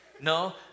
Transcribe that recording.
No